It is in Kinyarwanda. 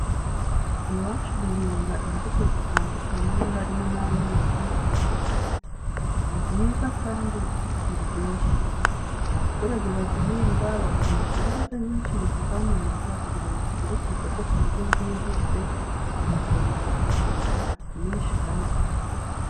Iwacu duhinga imbuto zitandukanye harimo inanasi nziza kandi ziryoshye. Abaturage bazihinga bakoresha imbaraga nyinshi, mu kuzamamaza kugira ngo zigere ku isoko ku buryo bwihuse, bakabona amafaranga menshi kandi ahagije.